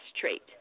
trait